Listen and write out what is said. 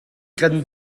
kan